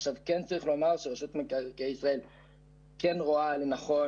כן צריך לומר שרשות מקרקעי ישראל כן רואה לנכון